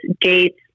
gates